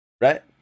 Right